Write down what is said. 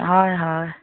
হয় হয়